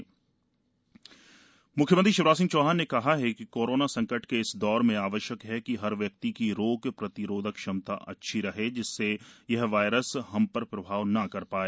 अमृत योजना म्ख्यमंत्री शिवराज सिंह चौहान ने कहा है कि कोरोना संकट के इस दौर में आवश्यक है कि हर व्यक्ति की रोग प्रतिरोधक क्षमता अच्छी रहे जिससे यह वायरस हम पर प्रभाव न कर पाए